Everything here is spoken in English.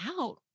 out